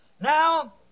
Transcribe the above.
Now